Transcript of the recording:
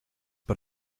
but